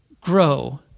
grow